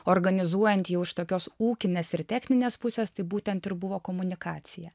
organizuojant jau iš tokios ūkinės ir techninės pusės tai būtent ir buvo komunikacija